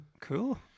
Cool